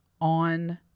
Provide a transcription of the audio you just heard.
on